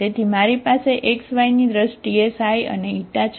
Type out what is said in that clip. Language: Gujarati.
તેથી મારી પાસે x y ની દ્રષ્ટિએ ξ અને η છે